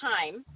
Time